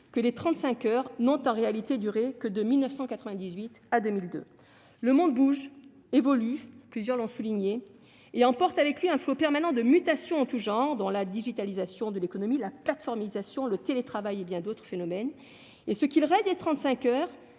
que les 35 heures n'aient en réalité duré que de 1998 à 2002. Le monde bouge, évolue et emporte avec lui un flot permanent de mutations en tous genres, dont la digitalisation de l'économie, la plateformisation, le télétravail et bien d'autres phénomènes. Ce qu'il reste des 35 heures,